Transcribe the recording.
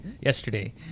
yesterday